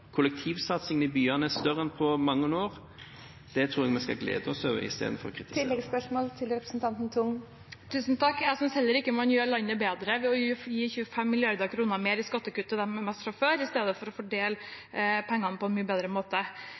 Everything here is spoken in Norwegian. Det tror jeg vi skal glede oss over i stedet for å kritisere. Jeg synes heller ikke man gjør landet bedre ved å gi 25 mrd. kr mer i skattekutt til dem med mest fra før i stedet for å fordele pengene på en mye bedre måte.